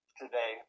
today